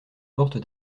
porte